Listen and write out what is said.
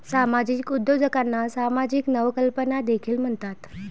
सामाजिक उद्योजकांना सामाजिक नवकल्पना देखील म्हणतात